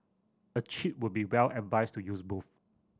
a cheat would be well advised to use both